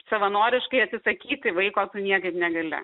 savanoriškai atsisakyti vaiko tu niekaip negali